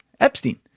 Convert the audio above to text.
epstein